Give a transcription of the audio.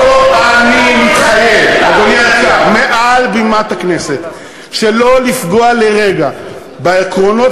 שבו אני מתחייב מעל בימת הכנסת שלא לפגוע לרגע בעקרונות